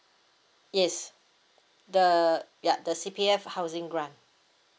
yes the ya the C_P_F housing grant